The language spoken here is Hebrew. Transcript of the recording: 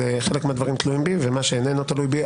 חלק מהדברים תלויים בי ומה שאיננו תלוי בי,